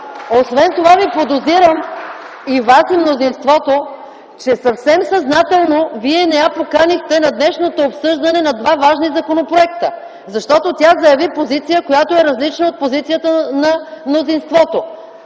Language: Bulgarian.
Освен това Ви подозирам – и вас, и мнозинството, че съвсем съзнателно не я поканихте на днешното обсъждане на два важни законопроекта, защото тя заяви позиция, различна от позицията на мнозинството.